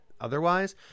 otherwise